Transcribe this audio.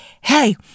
Hey